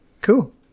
Cool